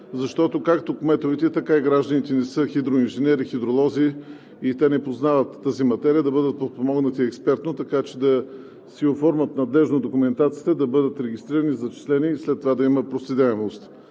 защото както кметовете, така и гражданите не са хидроинженери, хидролози и те не познават тази материя, да бъдат подпомогнати и експертно, така че да си оформят надлежно документацията и да бъдат регистрирани, зачислени и след това да има проследяемост.